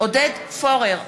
עודד פורר,